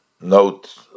note